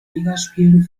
ligaspielen